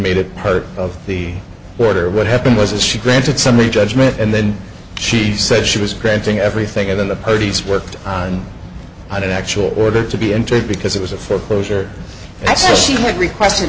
made it heard of the order what happened was that she granted summary judgment and then she said she was granting everything and then the parties worked on i did actually order to be entered because it was a foreclosure she had requested